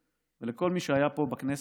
ולכל מי שהיה פה בכנסת,